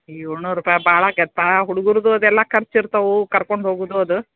ಏಳುನೂರು ರೂಪಾಯಿ ಭಾಳ ಆಗ್ಯಾದ ಪಾ ಹುಡುಗುರ್ದು ಅದೆಲ್ಲ ಖರ್ಚು ಇರ್ತವೆ ಕರ್ಕೊಂಡು ಹೋಗೋದು ಅದು